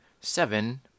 seven